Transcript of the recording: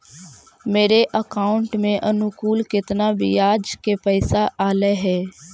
मेरे अकाउंट में अनुकुल केतना बियाज के पैसा अलैयहे?